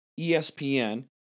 espn